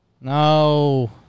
No